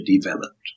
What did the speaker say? developed